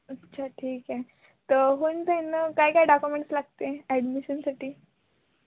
अच्छा ठीक आहे तर होऊन जाईल ना काय काय डाकुमेंट्स लागते ॲडमिशनसाठी